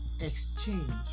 exchange